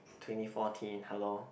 twenty fourteen hello